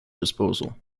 disposal